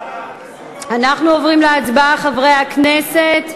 אנחנו עוברים להצבעה, חברי הכנסת,